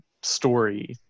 story